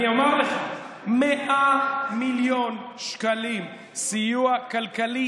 אני אומר לך: 100 מיליון שקלים סיוע כלכלי